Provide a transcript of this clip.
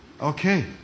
Okay